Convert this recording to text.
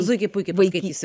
zuikį puikį paskaitysiu